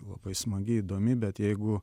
labai smagi įdomi bet jeigu